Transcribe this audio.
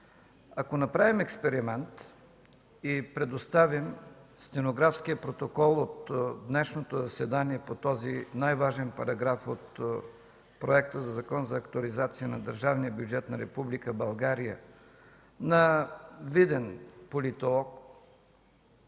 ако направим експеримент и предоставим стенографския протокол от днешното заседание по този най-важен параграф от Проекта за Закон за актуализация на държавния бюджет на Република България на виден политолог